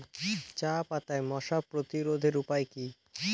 চাপাতায় মশা প্রতিরোধের উপায় কি?